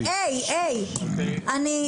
היי, היי, היי.